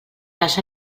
casa